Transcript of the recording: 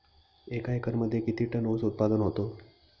एका एकरमध्ये किती टन ऊस उत्पादन होतो?